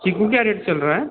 चीकू क्या रेट चल रहा है